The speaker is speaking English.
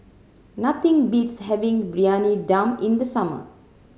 nothing beats having Briyani Dum in the summer